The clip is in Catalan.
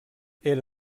era